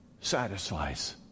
satisfies